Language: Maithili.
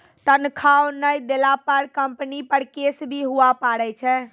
तनख्वाह नय देला पर कम्पनी पर केस भी हुआ पारै छै